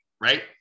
right